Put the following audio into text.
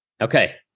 Okay